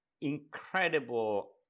incredible